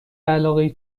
علاقه